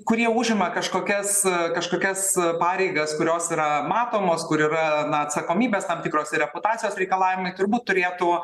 kurie užima kažkokias kažkokias pareigas kurios yra matomos kur yra na atsakomybės tam tikros ir reputacijos reikalavimai turbūt turėtų